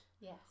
Yes